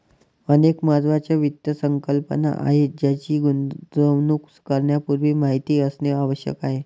अनेक महत्त्वाच्या वित्त संकल्पना आहेत ज्यांची गुंतवणूक करण्यापूर्वी माहिती असणे आवश्यक आहे